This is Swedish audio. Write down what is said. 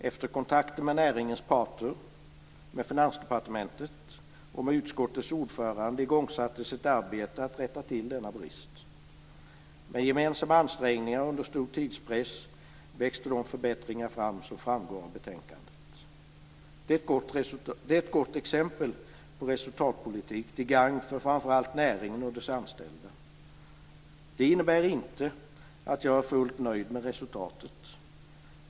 Efter kontakter med näringens parter, med Finansdepartementet och med utskottets ordförande igångsattes ett arbete för att rätta till denna brist. Med gemensamma ansträngningar och under stor tidspress växte de förbättringar fram som framgår av betänkandet. Detta är ett gott exempel på resultatpolitik till gagn för framför allt näringen och dess anställda. Det innebär inte att jag är fullt nöjd med resultatet.